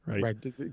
Right